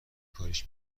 کاریش